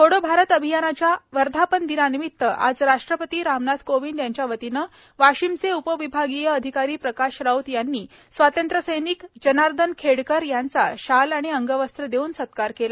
छोडो भारत अभियानाच्या वर्धापनदिनानिमित्त आज राष्ट्रपती रामनाथ कोविंद यांच्या वतीनं वाशिमचे उपविभागीय अधिकारी प्रकाश राऊत यांनी स्वातंत्र्यसैनिक जनार्धन खेडकर यांचा शाल अंगवस्त्र देवून सत्कार केला